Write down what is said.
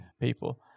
people